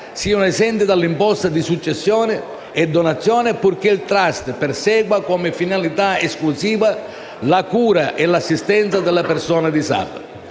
siano esenti dall'imposta di successione e donazione, purché il *trust* persegua come finalità esclusiva la cura e l'assistenza della persona disabile.